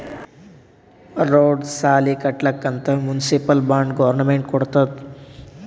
road, ಸಾಲಿ ಕಟ್ಲಕ್ ಅಂತ್ ಮುನ್ಸಿಪಲ್ ಬಾಂಡ್ ಗೌರ್ಮೆಂಟ್ ಕೊಡ್ತುದ್